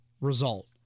result